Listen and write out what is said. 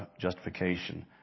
justification